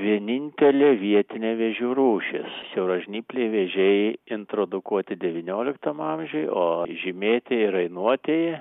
vienintelė vietinė vėžių rūšis siauražnypliai vėžiai introdukuoti devynioliktam amžiuj o žymėtieji rainuotieji